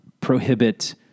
prohibit